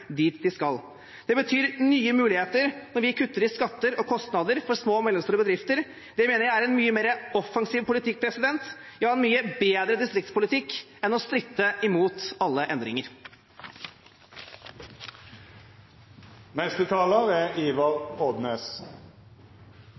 dit det skal. Det betyr nye muligheter når vi kutter i skatter og kostnader for små og mellomstore bedrifter. Det mener jeg er en mye mer offensiv politikk – ja en mye bedre distriktspolitikk – enn å stritte imot alle endringer. Vi er